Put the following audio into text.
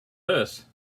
this